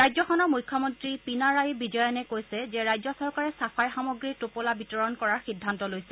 ৰাজ্যখনৰ মুখ্যমন্ত্ৰী পীনাৰায়ি বিজয়নে কৈছে যে ৰাজ্য চৰকাৰে চাফাই সামগ্ৰীৰ টোপোলা বিতৰণ কৰাৰ সিদ্ধান্ত লৈছে